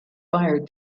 fire